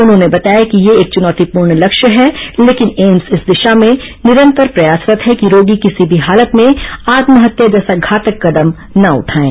उन्होंने बताया कि यह एक चुनौती पूर्ण लक्ष्य है लेकिन एम्स इस दिशा में निरंतर प्रयासरत है कि रोगी किसी भी हालत में आत्महत्या जैसा घातक कदम न उठाएं